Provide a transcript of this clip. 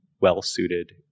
well-suited